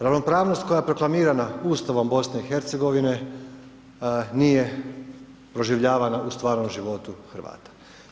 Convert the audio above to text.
Ravnopravnost koja je proklamirana Ustavom BIH, nije proživljavana u stvarnom životu Hrvata.